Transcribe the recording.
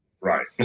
right